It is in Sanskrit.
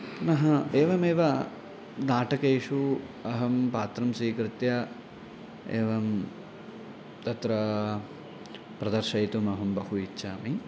पुनः एवमेव नाटकेषु अहं पात्रं स्वीकृत्य एवं तत्र प्रदर्शयितुम् अहं बहु इच्छामि